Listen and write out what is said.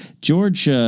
George